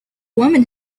woman